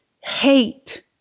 hate